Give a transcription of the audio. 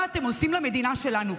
מה אתם עושים למדינה שלנו,